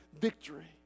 victory